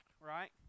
right